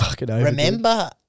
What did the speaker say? remember